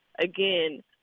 again